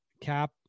Cap